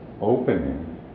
opening